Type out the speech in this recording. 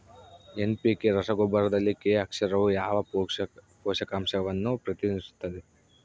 NPK ರಸಗೊಬ್ಬರದಲ್ಲಿ K ಅಕ್ಷರವು ಯಾವ ಪೋಷಕಾಂಶವನ್ನು ಪ್ರತಿನಿಧಿಸುತ್ತದೆ?